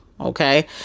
okay